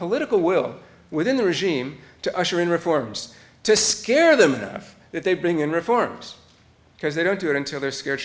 political will within the regime to usher in reforms to scare them enough that they bring in reforms because they don't do it until they're scared